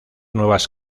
nuevas